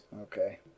Okay